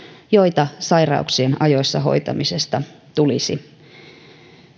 joita sairauksien ajoissa hoitamisesta tulisi